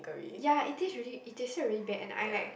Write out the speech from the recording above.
ya it tastes really it tasted really bad and I like